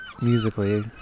musically